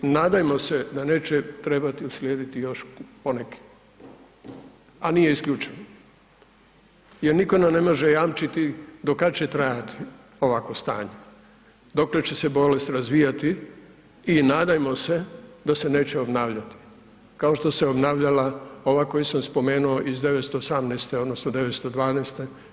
Nadajmo se da neće trebati uslijediti još poneki, a nije isključeno jer nitko nam ne može jamčiti do kada će trajati ovakvo stanje, dokle će se bolest razvijati i nadajmo se da se neće obnavljati kao što se obnavljala ova koju sam spomenuo iz 918. odnosno 912.